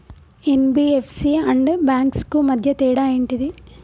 NBFC and banks కు మధ్య తేడా ఏంటిది?